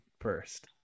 first